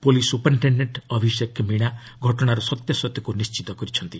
police superintendent Abhishek Meena ଘଟଣାର ସତ୍ୟାସତ୍ୟକ୍ ନିର୍ଣ୍ଣିତ କରିଛନ୍ତି